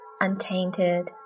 untainted